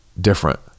different